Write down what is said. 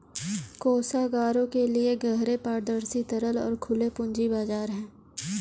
कोषागारों के लिए गहरे, पारदर्शी, तरल और खुले पूंजी बाजार हैं